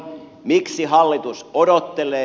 miksi hallitus odottelee